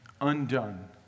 undone